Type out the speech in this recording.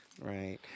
Right